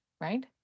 right